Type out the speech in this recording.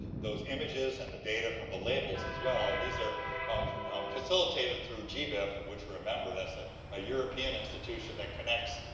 those images, and the data from the labels as well. and these are facilitated through gbif, of which we're a member. that's ah a european institution that connects